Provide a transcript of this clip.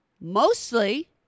Mostly